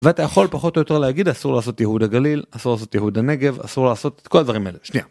ואתה יכול פחות או יותר להגיד אסור לעשות יהוד הגליל, אסור לעשות יהוד הנגב, אסור לעשות את כל הדברים האלה.